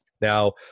Now